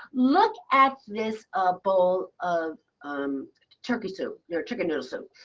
look at this a bowl of um turkey soup yeah or chicken noodle soup.